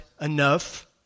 enough